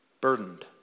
burdened